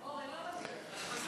אורן, לא מתאים לך.